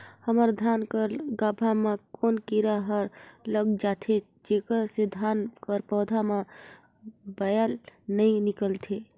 हमर धान कर गाभा म कौन कीरा हर लग जाथे जेकर से धान कर पौधा म बाएल नइ निकलथे?